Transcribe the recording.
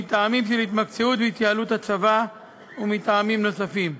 מטעמים של התמקצעות והתייעלות הצבא ומטעמים נוספים.